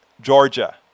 Georgia